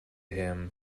him